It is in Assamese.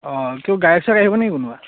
গায়ক চায়ক আহিব নি কোনোবা